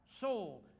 soul